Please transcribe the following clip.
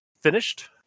finished